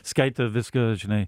skaito viską žinai